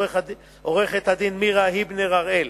עורכת-הדין מירה היבנר-הראל.